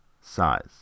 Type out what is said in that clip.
size